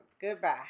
Goodbye